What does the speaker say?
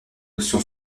notion